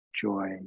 joy